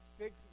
six